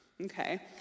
Okay